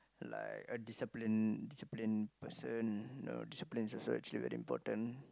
like a discipline discipline person you know discipline is also actually very important